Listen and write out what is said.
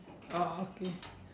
oh okay